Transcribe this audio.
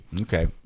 Okay